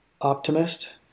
optimist